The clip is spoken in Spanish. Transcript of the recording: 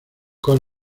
con